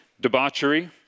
debauchery